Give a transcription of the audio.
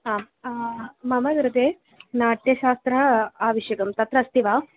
आं मम कृते नाट्यशास्त्रम् आवश्यकं तत्र अस्ति वा